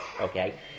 Okay